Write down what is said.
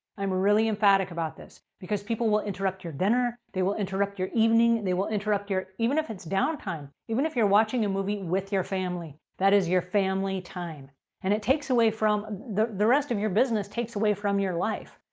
i'm really emphatic about this because people will interrupt your dinner. they will interrupt your evening. they will interrupt your even if it's downtime even if you're watching a movie with your family. that is your family time and it takes away from the the rest of your business takes away from your life.